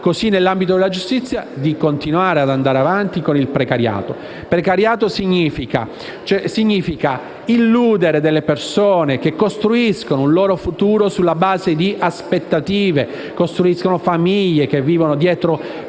come la sanità e la giustizia, di continuare ad andare avanti con il precariato, che significa illudere delle persone che costruiscono il loro futuro sulla base di certe aspettative; ci sono famiglie che vivono grazie